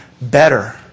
better